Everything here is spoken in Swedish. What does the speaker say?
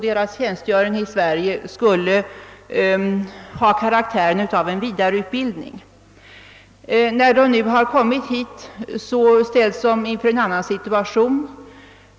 Deras tjänstgöring i Sverige skulle ha karaktären av vidareutbildning. När de nu kommit hit ställs de emellertid i en annan situation.